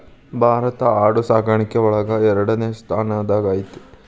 ಭಾರತಾ ಆಡು ಸಾಕಾಣಿಕೆ ಒಳಗ ಎರಡನೆ ಸ್ತಾನದಾಗ ಐತಿ